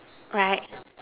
right